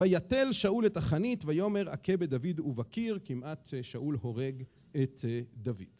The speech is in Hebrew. ויטל שאול את החנית, ויאמר הכה בדוד ובקיר, כמעט שאול הורג את דוד